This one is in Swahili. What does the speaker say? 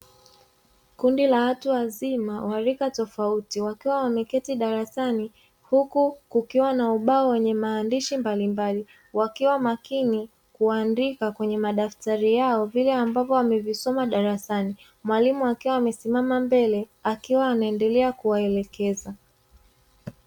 Kundi la watu wazima wa rika tofauti, wakiwa wameketi darasani, huku kukiwa na ubao wenye maandishi mbalimbali, wakiwa makini kuandika kwenye madaftari yao vile ambavyo wamevisoma darasani, mwalimu akiwa amesimama mbele, akiwa anaendelea kuwaelekeza.